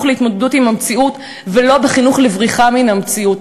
להתמודדות עם המציאות ולא בחינוך לבריחה מן המציאות.